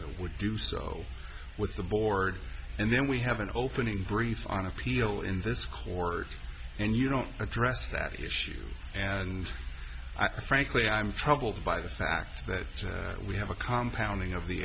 would do so with the board and then we have an opening brief on appeal in this court and you don't address that issue and i frankly i'm troubled by the fact that we have a compound ing of the